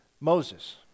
Moses